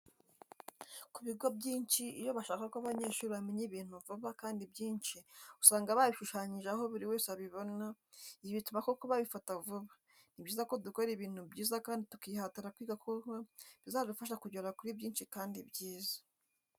Ku bigo byinshi iyo bashaka ko abanyeshuri bamenya ibintu vuba kandi byinshi usanga babishushanyije aho buri wese abibona, ibi bituma koko babifata vuba, ni byiza ko dukora ibintu byiza kandi tukihatira kwiga kuko bizadufasha kugera kuri byinshi kandi byiza.